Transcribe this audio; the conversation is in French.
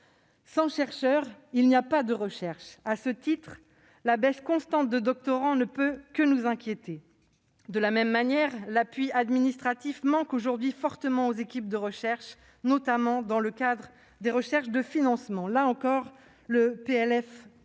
Sans chercheurs, il n'y a pas de recherche. À ce titre, la baisse constante du nombre de doctorants ne peut que nous inquiéter. De la même manière, l'appui administratif fait aujourd'hui fortement défaut aux équipes de recherche, notamment dans le cadre des recherches de financement. Là encore, le projet